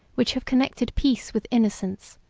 which have connected peace with innocence,